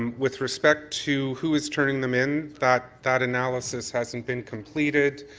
um with respect to who is turning them in, that that analysis hasn't been completed.